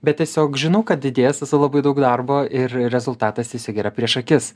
bet tiesiog žinau kad didės esu labai daug darbo ir rezultatas įsigeria prieš akis